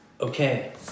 Okay